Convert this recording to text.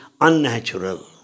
unnatural